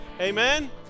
Amen